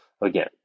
Again